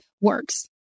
works